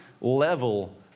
level